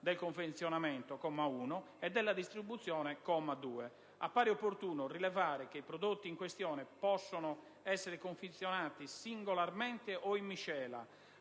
del confezionamento (comma 1) e della distribuzione (comma 2). Appare opportuno rilevare che i prodotti in questione possono essere confezionati singolarmente o in miscela,